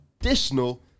additional